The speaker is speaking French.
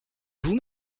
vous